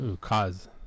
Cause